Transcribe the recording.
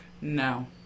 No